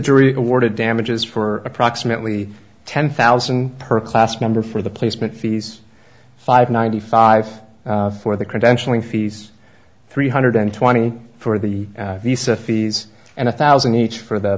jury awarded damages for approximately ten thousand per class member for the placement fees five ninety five for the credentialing fees three hundred twenty for the visa fees and a thousand each for th